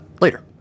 later